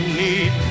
need